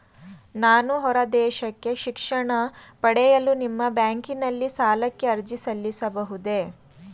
ನಾನು ಹೊರದೇಶಕ್ಕೆ ಶಿಕ್ಷಣ ಪಡೆಯಲು ನಿಮ್ಮ ಬ್ಯಾಂಕಿನಲ್ಲಿ ಸಾಲಕ್ಕೆ ಅರ್ಜಿ ಸಲ್ಲಿಸಬಹುದೇ?